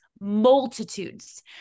multitudes